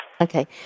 Okay